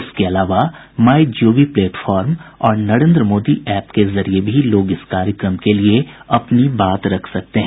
इसके अलावा MyGov platform और नरेन्द्र मोदी एप के जरिये भी लोग इस कार्यक्रम के लिए अपनी बात रख सकते हैं